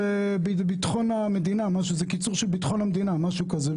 זה קיצור של ביטחון המדינה, משהו כזה.